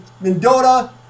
Mendota